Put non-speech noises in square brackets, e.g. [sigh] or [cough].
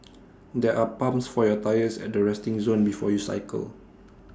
[noise] there are pumps for your tyres at the resting zone before you cycle